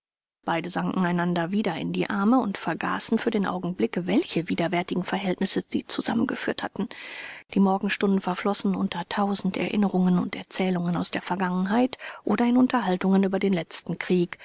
beide sanken einander wieder in die arme und vergaßen für den augenblick welche widerwärtigen verhältnisse sie zusammengeführt hatten die morgenstunden verflossen unter tausend erinnerungen und erzählungen aus der vergangenheit oder in unterhaltungen über den letzten krieg